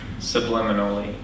subliminally